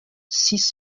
six